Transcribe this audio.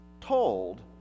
told